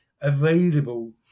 available